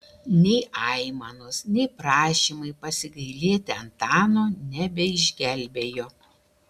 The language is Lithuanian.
nei aimanos nei prašymai pasigailėti antano nebeišgelbėjo